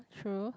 true